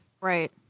Right